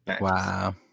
Wow